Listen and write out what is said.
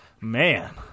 Man